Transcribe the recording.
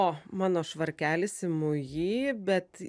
o mano švarkelis imu jį bet